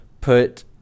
put